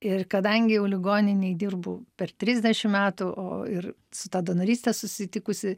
ir kadangi jau ligoninėj dirbu per trisdešim metų o ir su ta donoryste susitikusi